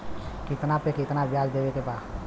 कितना पे कितना व्याज देवे के बा?